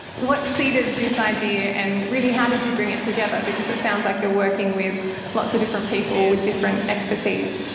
what seeded this idea, and really how did you bring it together? because it sounds like working with lots of different people with different expertise.